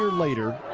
later